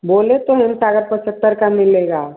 बोलें तो हम सारा पचहत्तर का मिलेगा